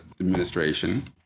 administration